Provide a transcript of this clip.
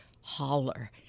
Holler